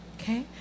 Okay